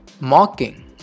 Mocking